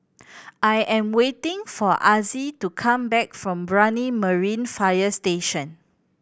I am waiting for Azzie to come back from Brani Marine Fire Station